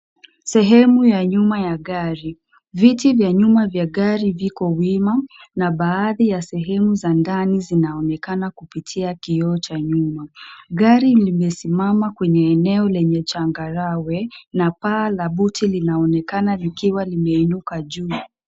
Sehemu ya nyuma ya gari. Viti vya nyuma vya gari viko wima na baadhi ya sehemu za ndani zinaonekana kupitia kioo cha nyuma. Gari limesimama kwenye eneo lenye changarawe na paa la buti linaonekana likiwa limeinuka juu.